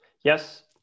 yes